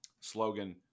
slogan